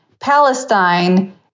Palestine